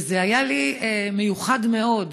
וזה היה לי מיוחד מאוד.